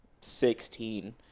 sixteen